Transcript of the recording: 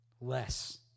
Less